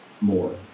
more